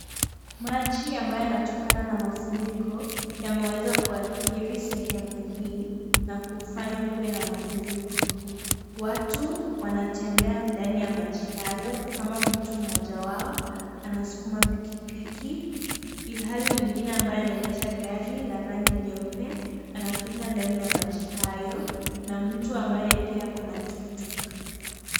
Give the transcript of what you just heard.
Maji amabyo yanatokana na mafuriko yameweza kuathiri sehemu hii, na kufanya kuwe na mafuriko, watu wanatembea ndani ya maji hayo, kama mtu mmoja wao anaskuma pikipiki, ilhari mwingine ambaje anaendsha gari la rangi nyeupe, anapita ndani ya maji hayo na mtu ambaye pia ako na (cs)tuk tuk(cs).